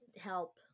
help